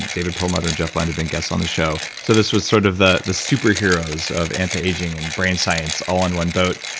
david perlmutter and jeff bland have been guests on this show, so this was sort of the the superheroes of anti-aging and brain science, all on one boat.